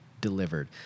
Delivered